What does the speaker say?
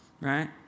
right